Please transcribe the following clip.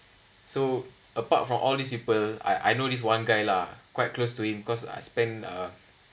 so apart from all these people I I know this one guy lah quite close to him cause I spend uh